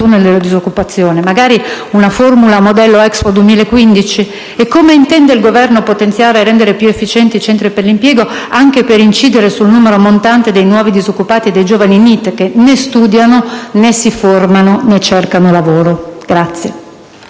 tunnel della disoccupazione? Magari si pensa ad una formula sul modello dell'EXPO 2015? Come intende il Governo potenziare e rendere più efficienti i centri per l'impiego, anche per incidere sul numero montante dei nuovi disoccupati e dei giovani NEET, che né studiano né si formano né cercano lavoro?